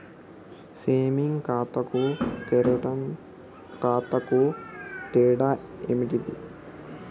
Saving ఖాతాకు current ఖాతాకు తేడా ఏంటిది?